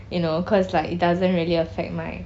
you know cause like it doesn't really affect my